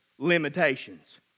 Limitations